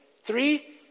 Three